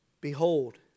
Behold